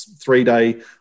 three-day